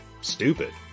stupid